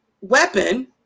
weapon